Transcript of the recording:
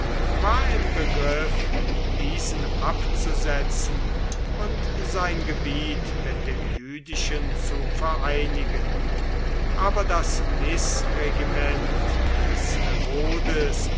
war im begriff diesen abzusetzen und sein gebiet mit dem jüdischen zu vereinigen aber das mißregiment des herodes